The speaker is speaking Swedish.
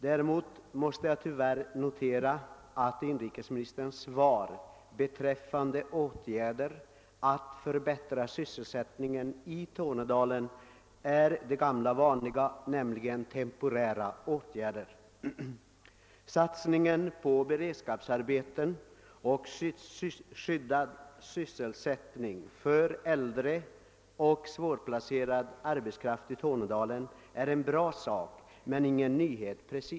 Däremot måste jag tyvärr notera att inrikesministerns svar beträffande åtgärder för att förbättra sysselsättningen i Tornedalen är det gamla vanliga, nämligen temporära åtgärder. Satsningen på beredskapsarbeten och skyddad sysselsättning för äldre och svårplacerad arbetskraft i Tornedalen är bra men inte precis någon nyhet.